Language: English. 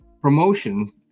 promotion